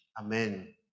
Amen